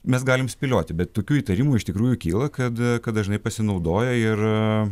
mes galim spėlioti bet tokių įtarimų iš tikrųjų kyla kad kad dažnai pasinaudoja ir